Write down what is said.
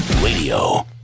Radio